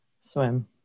swim